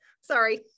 Sorry